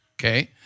okay